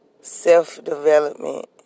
self-development